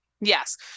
Yes